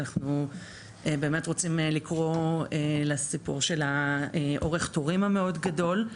ואנחנו באמת רוצים לקרוא לסיפור של אורך התורים המאוד גדול,